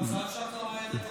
מזל שאת לא אוהדת הפועל,